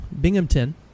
Binghamton